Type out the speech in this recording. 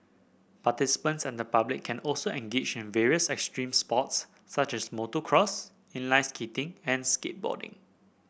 participants and the public can also engage in various extreme sports such as motocross inline skating and skateboarding